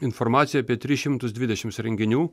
informaciją apie tris šimtus dvidešimts renginių